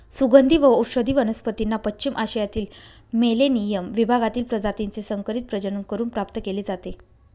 सुगंधी व औषधी वनस्पतींना पश्चिम आशियातील मेलेनियम विभागातील प्रजातीचे संकरित प्रजनन करून प्राप्त केले जाते